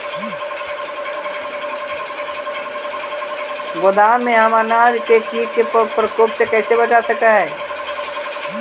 गोदाम में हम अनाज के किट के प्रकोप से कैसे बचा सक हिय?